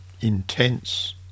intense